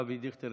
אבי דיכטר,